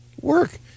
work